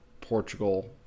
Portugal